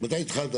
מתי התחלת?